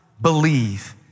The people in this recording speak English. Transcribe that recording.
believe